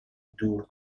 دور